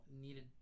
needed